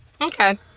Okay